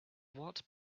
what